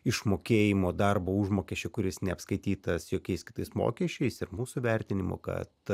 išmokėjimo darbo užmokesčio kuris neapskaitytas jokiais kitais mokesčiais ir mūsų vertinimu kad